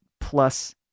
plus